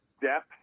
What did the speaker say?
depth